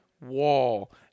wall